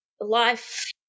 life